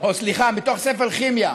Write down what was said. או סליחה, מתוך ספר כימיה,